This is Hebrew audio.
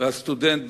והסטודנט בקולומביה.